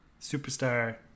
Superstar